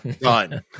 Done